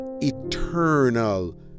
eternal